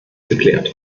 geklärt